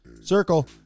Circle